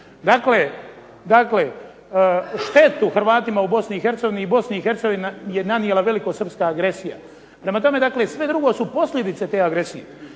Dakle, štetu Hrvatima u BiH i Bosni i Hercegovini je nanijela velikosrpska agresija. Prema tome dakle sve drugo su posljedice te agresije.